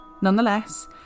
Nonetheless